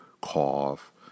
cough